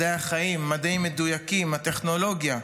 מדעי החיים, מדעים מדויקים, טכנולוגיה.